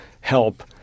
help